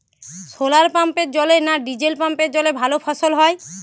শোলার পাম্পের জলে না ডিজেল পাম্পের জলে ভালো ফসল হয়?